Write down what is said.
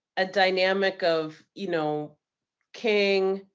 a dynamic of you know king,